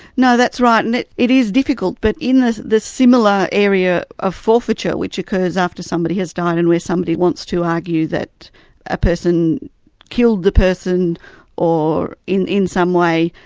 no, that's right. and it it is difficult, but in the the similar area of forfeiture, which occurs after somebody has died and where somebody wants to argue that a person killed the person in in some way,